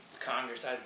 Congress